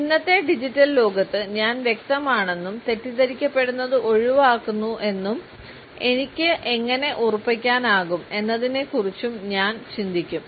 ഇന്നത്തെ ഡിജിറ്റൽ ലോകത്ത് ഞാൻ വ്യക്തമാണെന്നും തെറ്റിദ്ധരിക്കപ്പെടുന്നത് ഒഴിവാക്കുന്നുവെന്നും എനിക്ക് എങ്ങനെ ഉറപ്പാക്കാനാകും എന്നതിനെക്കുറിച്ചും ഞാൻ ചിന്തിക്കും